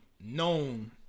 known